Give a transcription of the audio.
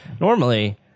normally